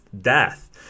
death